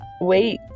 Wait